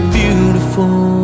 beautiful